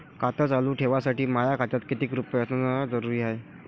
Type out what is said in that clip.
खातं चालू ठेवासाठी माया खात्यात कितीक रुपये असनं जरुरीच हाय?